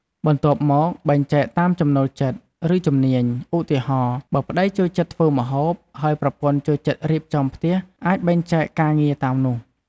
បន្ទាប់មក បែងចែកតាមចំណូលចិត្ត ឬជំនាញ ឧទាហរណ៍ បើប្ដីចូលចិត្តធ្វើម្ហូប ហើយប្រពន្ធចូលចិត្តរៀបចំផ្ទះ អាចបែងចែកការងារតាមនោះ។